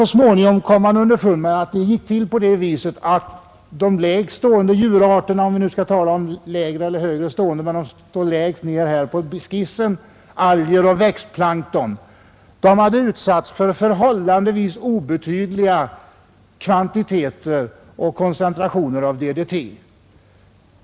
Så småningom kom man emellertid underfund med att det gick till på det viset att de lägst stående djurarterna i sammanhanget — de anges längst ned på skissen —, alltså växtplankton och alger, var utsatta för förhållandevis obetydliga kvantiteter koncentrationer av DDT.